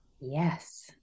Yes